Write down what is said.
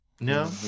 No